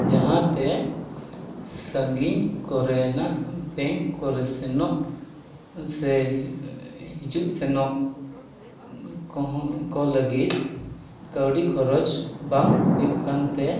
ᱡᱟᱦᱟᱛᱮ ᱥᱟᱺᱜᱤᱧ ᱠᱚᱨᱮᱱᱟᱜ ᱵᱮᱝᱠ ᱠᱚᱨᱮ ᱥᱮᱱᱚᱜ ᱥᱮ ᱦᱤᱡᱩᱜ ᱥᱮᱱᱚᱜ ᱠᱚᱦᱚᱸ ᱠᱚ ᱞᱟᱜᱤᱫ ᱠᱟᱹᱣᱰᱤ ᱠᱷᱚᱨᱚᱪ ᱵᱟᱝ ᱦᱩᱭᱩᱜ ᱠᱟᱱᱛᱮ